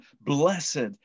blessed